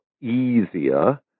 easier